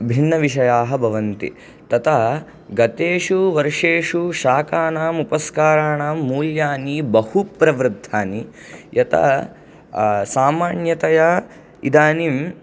भिन्नविषयाः भवन्ति तत गतेषु वर्षेषु शाकानां उपस्काराणां मूल्यानि बहुप्रवृद्धानि यत सामान्यतया इदानीं